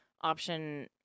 option